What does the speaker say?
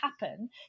happen